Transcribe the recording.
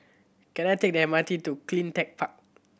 can I take the M R T to Cleantech Park